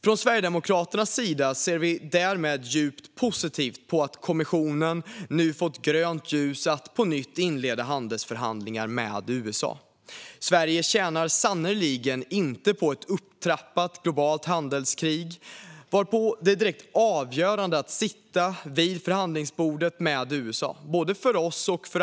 Från Sverigedemokraternas sida ser vi därmed djupt positivt på att kommissionen nu fått grönt ljus att på nytt inleda handelsförhandlingar med USA. Sverige tjänar sannerligen inte på ett upptrappat globalt handelskrig, varför det är direkt avgörande att sitta vid förhandlingsbordet med USA för både oss och andra.